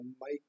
Mike